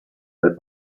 del